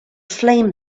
flame